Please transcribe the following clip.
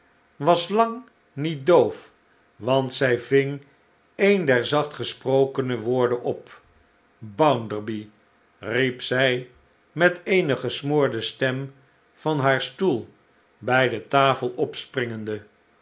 was lang niet doof want zij ving een der zacht gesprokene woorden op bounderby riep zij met eene gesmoorde stem van haar stoel bij de tafel opspringende